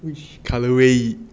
which colourway